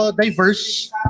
diverse